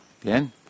Bien